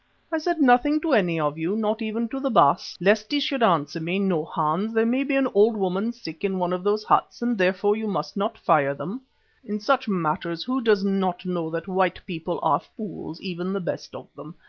i said nothing to any of you, not even to the baas, lest he should answer me, no, hans, there may be an old woman sick in one of those huts and therefore you must not fire them in such matters who does not know that white people are fools, even the best of them,